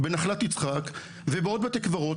בנחלת יצחק ובעוד בתי קברות,